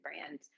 brand